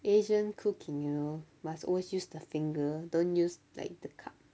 asian cooking you must always use the finger don't use like the cup